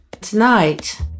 Tonight